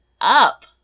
up